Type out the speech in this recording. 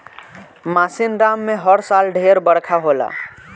मासिनराम में हर साल ढेर बरखा होला